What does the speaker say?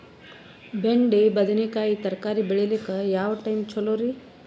ಬೆಂಡಿ ಬದನೆಕಾಯಿ ತರಕಾರಿ ಬೇಳಿಲಿಕ್ಕೆ ಯಾವ ಟೈಮ್ ಚಲೋರಿ?